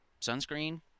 Sunscreen